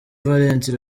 valens